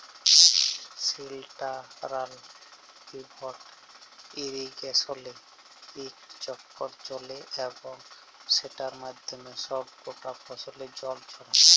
central pivot ইরিগেসলে ইকট চক্কর চলে এবং সেটর মাধ্যমে ছব কটা ফসলে জল ছড়ায়